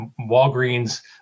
Walgreens